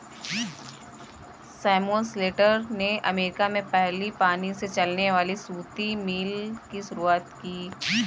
Samuel Slater ने America में पहली पानी से चलने वाली सूती मिल की शुरुआत की